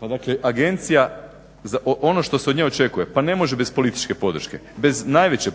Dakle agencija, ono što se od nje očekuje pa ne može bez političke podrške, bez